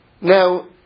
Now